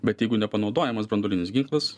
bet jeigu nepanaudojamas branduolinis ginklas